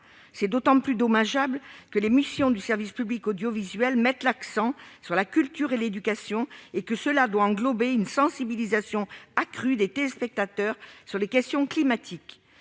C'est d'autant plus dommageable que les missions du service public audiovisuel mettent l'accent sur la culture et l'éducation et que cela doit englober une sensibilisation accrue des téléspectateurs aux questions climatiques.